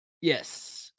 Yes